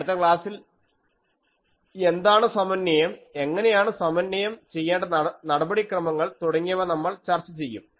അടുത്ത ക്ലാസ്സിൽ എന്താണ് സമന്വയം എങ്ങനെയാണ് സമന്വയം ചെയ്യേണ്ട നടപടിക്രമങ്ങൾ തുടങ്ങിയവ നമ്മൾ ചർച്ച ചെയ്യും